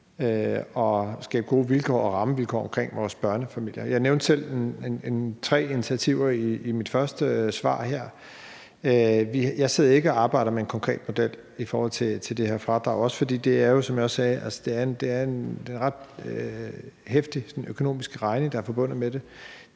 og skabe gode vilkår og rammevilkår omkring vores børnefamilier. Jeg nævnte selv tre initiativer i mit første svar her. Jeg sidder ikke og arbejder med en konkret model i forhold til det her fradrag, også fordi det, som jeg også sagde, er en ret heftig økonomisk regning, der er forbundet med det.